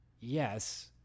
Yes